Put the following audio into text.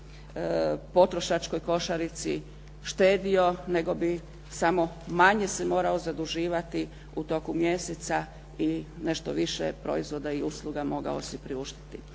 potrošačkoj košarici štedio nego bi samo manje se morao zaduživati u toku mjeseca i nešto proizvoda i usluga mogao si priuštiti.